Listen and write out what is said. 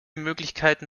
möglichkeiten